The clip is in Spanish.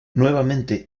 nuevamente